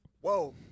Whoa